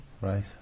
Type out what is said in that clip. Right